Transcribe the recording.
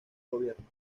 gobierno